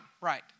right